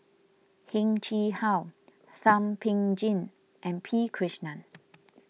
Heng Chee How Thum Ping Tjin and P Krishnan